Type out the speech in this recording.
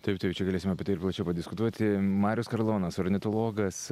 taip taip čia galėsime apie tai ir plačiau padiskutuoti marius karlonas ornitologas